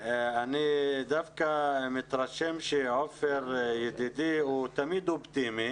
אני דווקא מתרשם שעופר ידידי הוא תמיד אופטימי